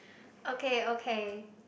okay okay